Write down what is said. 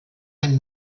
ein